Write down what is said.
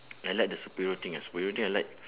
I like the superhero thing ah superhero thing I like